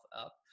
up